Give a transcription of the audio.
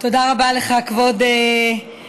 תודה רבה לך, כבוד היושב-ראש.